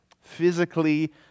physically